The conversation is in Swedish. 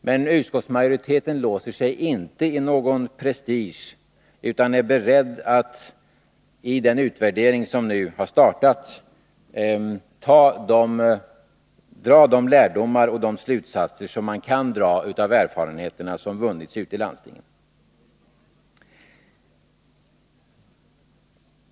Men utskottsmajoriteten låser sig inte i någon prestige utan är beredd att, i den utvärdering som nu har startat, dra de slutsatser som man kan dra av de erfarenheter som vunnits ute i landstingen.